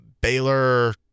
Baylor